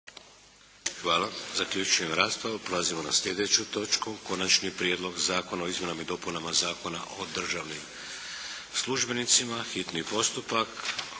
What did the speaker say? Hvala. Zaključujem raspravu. **Šeks, Vladimir (HDZ)** Konačni prijedlog Zakona o izmjenama i dopunama Zakona o državnim službenicima. Amandmane